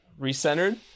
Recentered